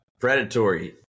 predatory